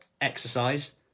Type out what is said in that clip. exercise